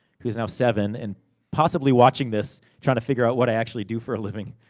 who is now seven, and possibly watching this. trying to figure out what i actually do for a living.